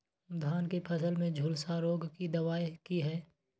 धान की फसल में झुलसा रोग की दबाय की हय?